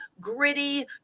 gritty